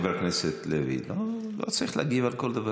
חבר הכנסת לוי, לא צריך להגיב על כל דבר.